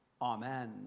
Amen